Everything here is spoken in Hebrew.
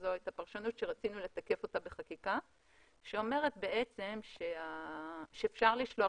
הזו הייתה פרשנות שרצינו לתקף אותה בחקיקה שאומרת שאפשר לשלוח